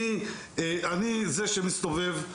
אני מסתובב,